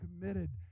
committed